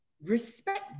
Respect